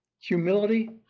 humility